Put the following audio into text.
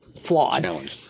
Flawed